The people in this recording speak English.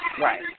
Right